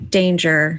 danger